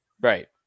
Right